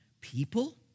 people